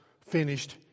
finished